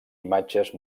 imatges